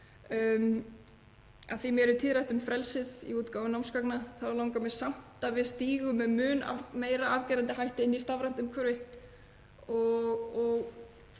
að mér er tíðrætt um frelsið í útgáfu námsgagna þá langar mig samt að við stígum með mun meira afgerandi hætti inn í stafrænt umhverfi